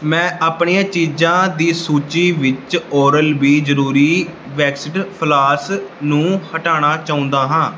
ਮੈਂ ਆਪਣੀਆਂ ਚੀਜ਼ਾਂ ਦੀ ਸੂਚੀ ਵਿੱਚ ਓਰਲ ਬੀ ਜ਼ਰੂਰੀ ਵੈਕਸਡ ਫਲਾਸ ਨੂੰ ਹਟਾਉਣਾ ਚਾਹੁੰਦਾ ਹਾਂ